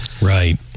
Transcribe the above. Right